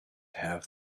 have